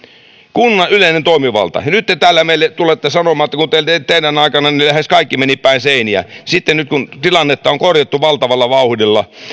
kunnan yleinen toimivalta ja nyt te täällä meille tulette sanomaan että teidän aikananne lähes kaikki meni päin seiniä nyt sitten kun tilannetta on korjattu valtavalla vauhdilla